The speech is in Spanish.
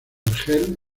argel